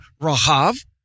Rahav